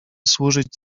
służyć